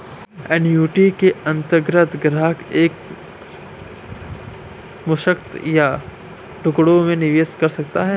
annuity के अंतर्गत ग्राहक एक मुश्त या टुकड़ों में निवेश कर सकता है